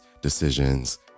decisions